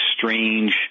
strange